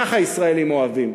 ככה הישראלים אוהבים,